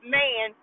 man